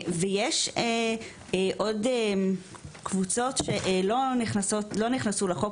יש עוד קבוצות שלא נכנסו לחוק,